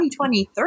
2023